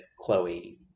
Chloe